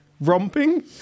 romping